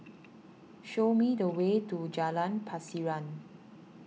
show me the way to Jalan Pasiran